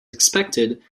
expected